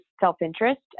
self-interest